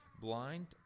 Blind